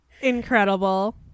Incredible